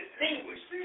distinguished